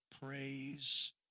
praise